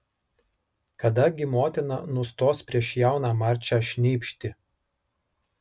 kada gi motina nustos prieš jauną marčią šnypšti